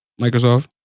Microsoft